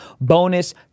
bonus